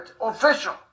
official